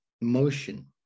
motion